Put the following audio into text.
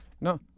No